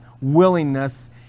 willingness